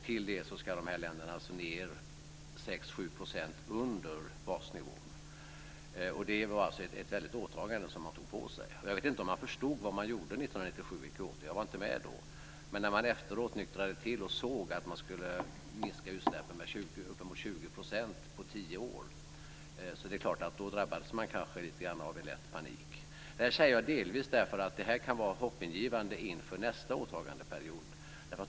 Till det ska de länderna ned 6-7 % under basnivån. Man tog alltså på sig ett stort åtagande. Jag vet inte om man förstod riktigt vad man gjorde 1997 i Kyoto. Jag var inte med då. Men när man efteråt nyktrade till och såg att man skulle minska utsläppen upp emot 20 % på tio år drabbades man kanske av lätt panik. Jag säger det här delvis för att det kan vara hoppingivande inför nästa åtagandeperiod.